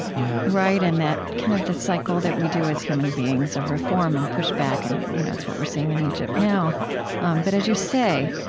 yeah, right? and that kind of the cycle that we do as human beings, of reform and pushback, and you know that's what we're seeing in egypt now but as you say